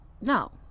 no